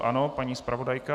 Ano, paní zpravodajka.